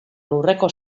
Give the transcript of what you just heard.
lurreko